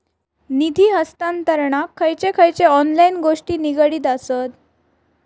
निधी हस्तांतरणाक खयचे खयचे ऑनलाइन गोष्टी निगडीत आसत?